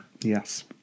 Yes